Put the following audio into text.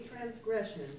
transgression